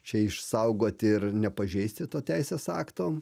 čia išsaugot ir nepažeisti to teisės akto